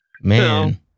Man